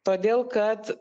todėl kad